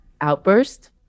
outburst